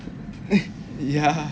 yeah